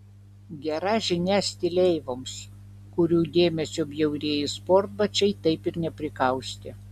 gera žinia stileivoms kurių dėmesio bjaurieji sportbačiai taip ir neprikaustė